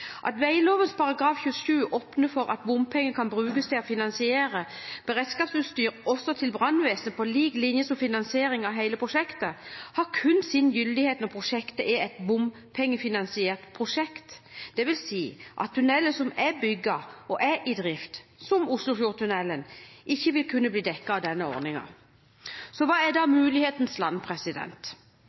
At veiloven § 27 åpner for at bompenger kan brukes til å finansiere beredskapsutstyr også til brannvesenet, på lik linje som finansiering av hele prosjektet, har sin gyldighet kun når prosjektet er et bompengefinansiert prosjekt. Det vil si at tunneler som er bygget og i drift, som Oslofjordtunnelen, ikke vil kunne bli dekket av denne ordningen. Så hva er da mulighetenes land?